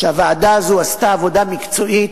שהוועדה הזאת עשתה עבודה מקצועית,